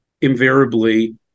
invariably